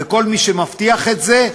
וכל מי שמבטיח את זה,